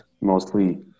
mostly